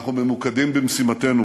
אנחנו ממוקדים במשימתנו